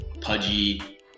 pudgy